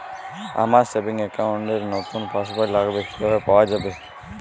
আমার savings account র নতুন পাসবই লাগবে, কিভাবে পাওয়া যাবে?